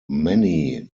many